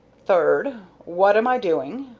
third what am i doing?